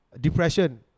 depression